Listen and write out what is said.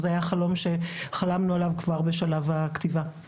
וזה היה חלום שחלמנו עליו כבר בשלב הכתיבה.